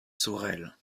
sorel